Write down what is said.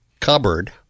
cupboard